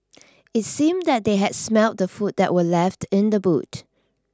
it seemed that they had smelt the food that were left in the boot